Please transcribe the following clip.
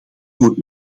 voor